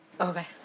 Okay